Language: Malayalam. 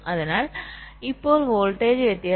അതിനാൽ ഇപ്പോൾ വോൾട്ടേജ് വ്യത്യാസം VDD മൈനസ് Vout ആണ്